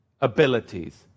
abilities